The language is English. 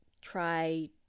try